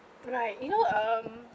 right you know um